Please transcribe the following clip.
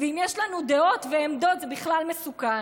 ואם יש לנו דעות ועמדות זה בכלל מסוכן.